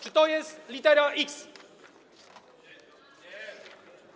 Czy to jest litera X?